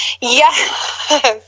Yes